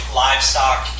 livestock